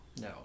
No